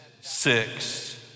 Six